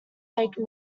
fake